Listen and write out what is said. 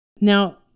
Now